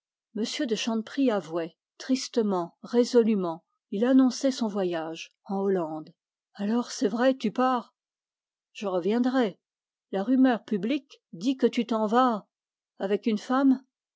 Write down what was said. de chanteprie avouait tristement résolument il annonçait son voyage en hollande alors c'est vrai tu pars je reviendrai la rumeur publique dit que tu t'en vas avec une femme